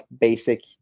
basic